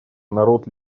народ